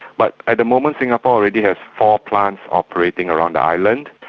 but at the moment singapore already has four plants operating around the island,